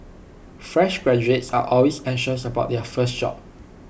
fresh graduates are always anxious about their first job